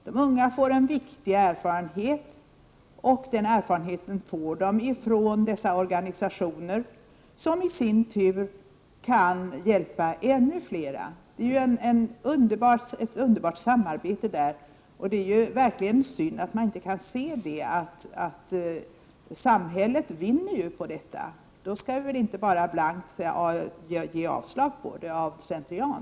De unga får en viktig erfarenhet, och den erfarenheten får de hos de ideella organisationerna, som i sin tur kan hjälpa ännu flera. Det är ett underbart samarbete där, och det är verkligen synd att företrädarna för de övriga partierna inte kan se att samhället vinner på detta. Om ni kunde se det, skulle ni inte bara blankt avslå vårt förslag, av slentrian.